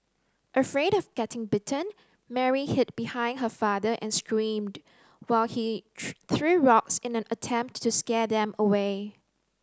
afraid of getting bitten Mary hid behind her father and screamed while he threw rocks in an attempt to scare them away